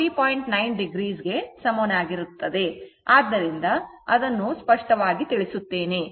ಆದ್ದರಿಂದ ಅದನ್ನು ಸ್ಪಷ್ಟವಾಗಿ ತಿಳಿಸುತ್ತೇನೆ